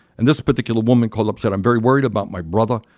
and this particular woman called upset. i'm very worried about my brother.